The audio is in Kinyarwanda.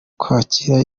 kwakira